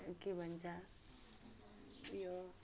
के भन्छ यो